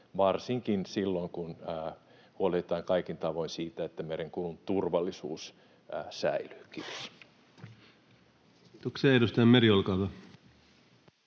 varsinkin silloin kun huolehditaan kaikin tavoin siitä, että merenkulun turvallisuus säilyy. — Kiitos.